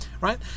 Right